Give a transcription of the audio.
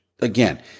again